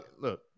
Look